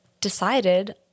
decided